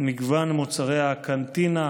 מגוון מוצרי הקנטינה,